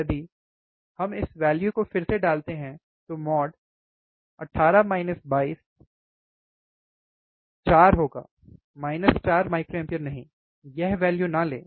यदि हम इस वैल्यु को फिर से डालते हैं तो mod होगा 4 माइनस 4 माइक्रोएम्पायर नहीं यह वैल्यु न लें